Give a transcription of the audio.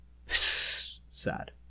sad